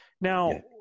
Now